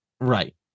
right